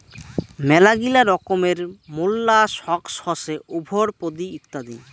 মেলাগিলা রকমের মোল্লাসক্স হসে উভরপদি ইত্যাদি